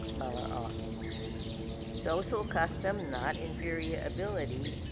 muller argued social custom not inferior ability,